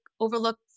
overlook